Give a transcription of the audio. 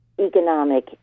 economic